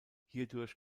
hierdurch